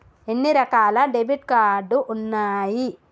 ఎన్ని రకాల debit card ఉన్నాయి?